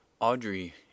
Audrey